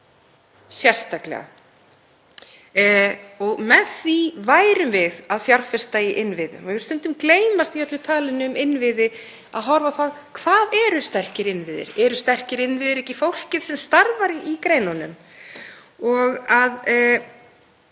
sérstaklega. Með því værum við að fjárfesta í innviðum. Það vill stundum gleymast í öllu talinu um innviði að horfa á það hvað eru sterkir innviðir. Eru sterkir innviðir ekki fólkið sem starfar í greinunum? Það